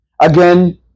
again